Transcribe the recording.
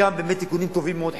חלקם באמת תיקונים טובים מאוד,